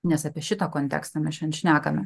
nes apie šitą kontekstą mes šiandien šnekame